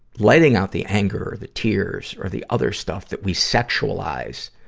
letting out the anger, the tears, or the other stuff that we sexualize.